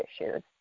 issues